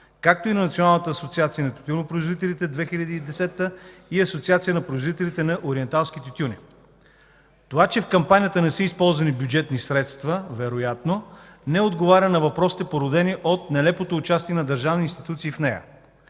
както и на Националната асоциация на тютюнопроизводителите-2010 и Асоциация на производителите на ориенталски тютюни. Това, че вероятно в кампанията не са използвани бюджетни средства, не отговаря на въпросите, породени от нелепото участие на държавни институции в нея.